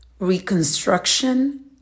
Reconstruction